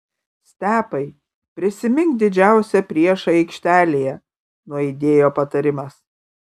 stepai prisimink didžiausią priešą aikštelėje nuaidėjo patarimas